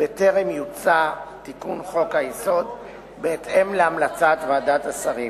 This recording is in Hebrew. בטרם יוצע תיקון חוק-היסוד בהתאם להמלצת ועדת השרים.